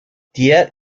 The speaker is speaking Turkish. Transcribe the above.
diğer